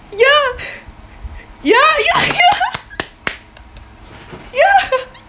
ya ya ya ya ya